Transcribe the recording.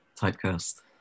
typecast